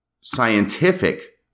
scientific